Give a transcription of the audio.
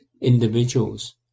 individuals